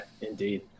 indeed